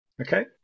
okay